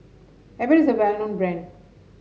Abbott is a well known brand